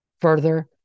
Further